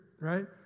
right